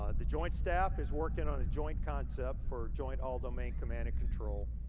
ah the joint staff is working on the joint concept for joint all-domain command and control.